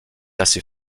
assez